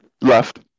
left